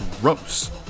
gross